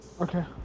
Okay